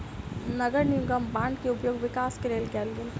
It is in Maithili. नगर निगम बांड के उपयोग विकास के लेल कएल गेल